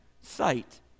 sight